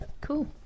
Cool